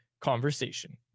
Conversation